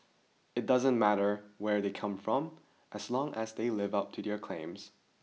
it doesn't matter where they come from as long as they live up to their claims